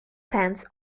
plants